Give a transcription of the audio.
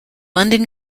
london